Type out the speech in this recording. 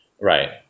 Right